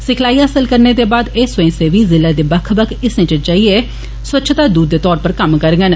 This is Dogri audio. सिखलाई हासल करने दे बाद एह् स्वयसेवी जिले दे बक्ख बक्ख हिस्सें च जाइए स्वच्छता दूत दे तौरा पर कम्म करगन